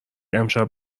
امشب